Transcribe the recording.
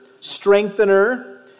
strengthener